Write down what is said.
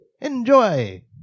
Enjoy